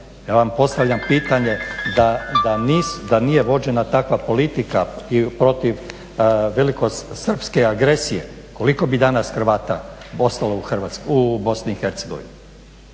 ja vam postavljam pitanje da nije vođena takva politika i protiv velikosrpske agresije, koliko bi danas Hrvata ostalo u Bosni i Hercegovini,